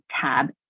tab